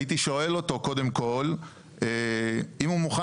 הייתי שואל אותו קודם כל אם הוא מוכן